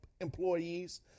employees